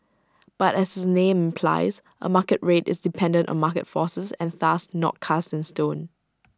but as the name implies A market rate is dependent on market forces and thus not cast in stone